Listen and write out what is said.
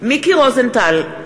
מיקי רוזנטל,